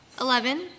Eleven